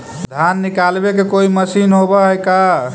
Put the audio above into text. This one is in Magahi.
धान निकालबे के कोई मशीन होब है का?